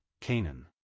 Canaan